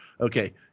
okay